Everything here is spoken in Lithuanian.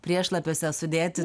priešlapiuose sudėti